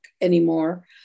anymore